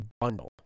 bundle